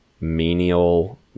menial